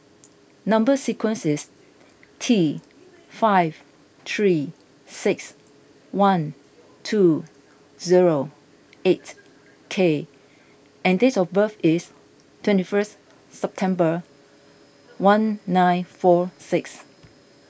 Number Sequence is T five three six one two zero eight K and date of birth is twenty first September one nine four six